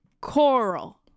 coral